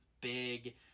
big